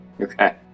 Okay